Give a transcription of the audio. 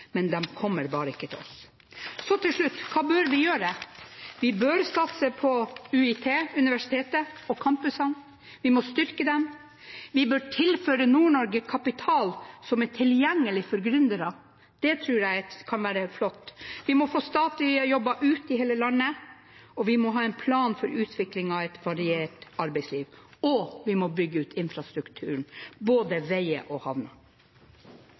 men de kommer bare ikke til oss. Så til slutt: Hva bør vi gjøre? Vi bør satse på Universitetet i Tromsø og campusene. Vi må styrke dem. Vi bør tilføre Nord-Norge kapital som er tilgjengelig for gründere. Det tror jeg kan være flott. Vi må få statlige jobber ut i hele landet, vi må ha en plan for utvikling av et variert arbeidsliv, og vi må bygge ut infrastrukturen, både veier og